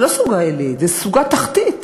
זו לא סוגה עילית, זו סוגה תחתית,